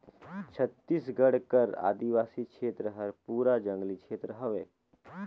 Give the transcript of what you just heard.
छत्तीसगढ़ कर आदिवासी छेत्र हर पूरा जंगली छेत्र हवे